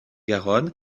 garonne